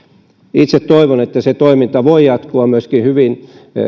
itse toivon että se toiminta voi jatkua myöskin hyvin